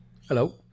Hello